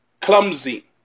Clumsy